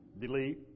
Delete